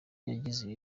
yagize